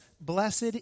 Blessed